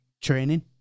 training